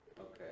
Okay